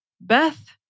Beth